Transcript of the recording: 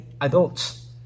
adults